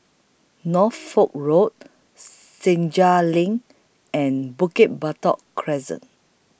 Norfolk Road Senja LINK and Bukit Batok Crescent